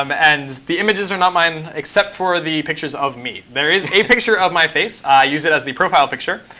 um and the images are not mine except for the pictures of me. there is a picture of my face. i use it as the profile picture.